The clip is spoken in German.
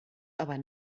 aber